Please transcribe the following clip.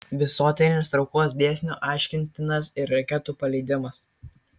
visuotinės traukos dėsniu aiškintinas ir raketų paleidimas